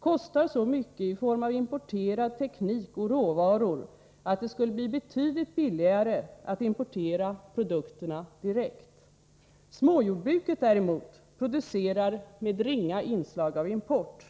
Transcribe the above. kostar så mycket i form av importerad teknik och råvaror att det skulle bli betydligt billigare att importera produkterna direkt. Småjordbruket däremot producerar med ringa inslag av import.